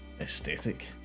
aesthetic